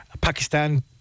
Pakistan